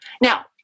Now